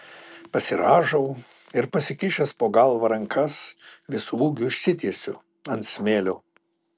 pasirąžau ir pasikišęs po galva rankas visu ūgiu išsitiesiu ant smėlio